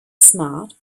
smart